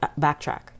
backtrack